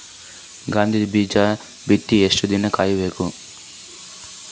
ಗೋಧಿ ಬೀಜ ಬಿತ್ತಿ ಎಷ್ಟು ದಿನ ಕಾಯಿಬೇಕು?